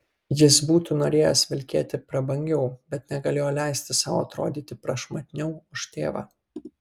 jis būtų norėjęs vilkėti prabangiau bet negalėjo leisti sau atrodyti prašmatniau už tėvą